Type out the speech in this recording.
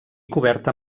coberta